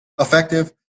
effective